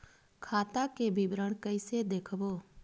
खाता के विवरण कइसे देखबो?